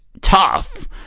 tough